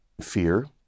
fear